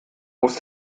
muss